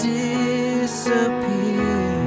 disappear